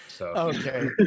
Okay